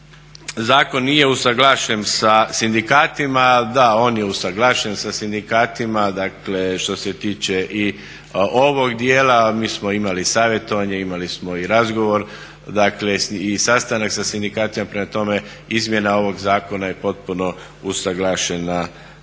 zakon nije usuglašen sa sindikatima. Da, on je usuglašen sa sindikatima, dakle što se tiče i ovog dijela. Mi smo imali savjetovanje, imali smo i razgovor i sastanak sa sindikatima prema tome izmjena ovog zakona je potpuno usuglašena sa